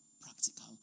practical